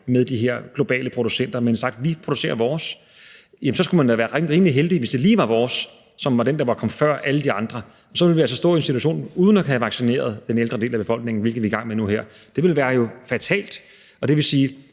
med de her globale producenter, men havde sagt, at vi producerer vores egen vaccine. Så skulle vi da have været rimelig heldige, hvis det lige var vores vaccine, som blev den, der kom før alle de andre. I modsat fald ville vi altså have stået i en situation uden at have vaccineret den ældre del af befolkningen, hvilket vi er i gang med nu her. Det ville jo have været fatalt. Det vil sige,